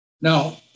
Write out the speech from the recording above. Now